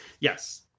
Yes